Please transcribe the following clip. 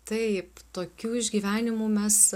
taip tokių išgyvenimų mes